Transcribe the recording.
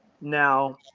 Now